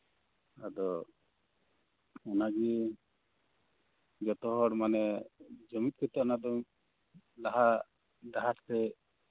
ᱟᱫᱚ ᱚᱱᱟᱜᱤ ᱢᱟᱱᱮ ᱡᱚᱛᱚ ᱦᱚᱲ ᱡᱩᱢᱤᱫ ᱠᱟᱛᱮ ᱚᱱᱟ ᱫᱚ ᱞᱟᱦᱟ ᱰᱟᱦᱟᱨ ᱛᱮ